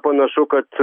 panašu kad